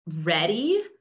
ready